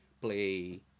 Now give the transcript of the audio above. play